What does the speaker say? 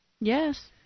Yes